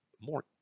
more